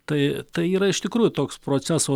tai tai yra iš tikrųjų toks proceso